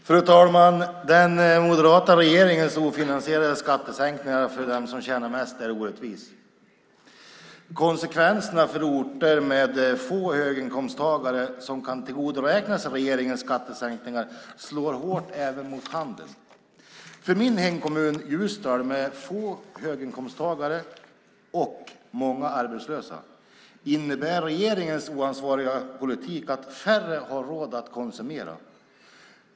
Fru talman! Den moderata regeringens ofinansierade skattesänkningar till dem som tjänar mest är orättvisa. Konsekvenserna för orter med få höginkomsttagare som kan tillgodoräkna sig regeringens skattesänkningar slår hårt även mot handeln. I min hemkommun Ljusdal med få höginkomsttagare och många arbetslösa innebär regeringens oansvariga politik att färre har råd att konsumera.